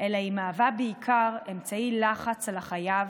אלא היא מהווה בעיקר אמצעי לחץ על החייב